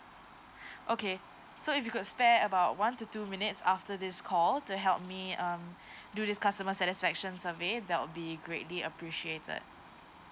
okay so if you could spare about one to two minutes after this call to help me um do this customer satisfaction survey that will be greatly appreciated